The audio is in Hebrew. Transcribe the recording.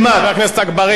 אחמד אבו עסבה,